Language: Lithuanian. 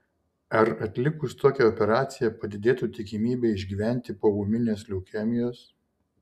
ar atlikus tokią operaciją padidėtų tikimybė išgyventi po ūminės leukemijos